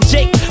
Jake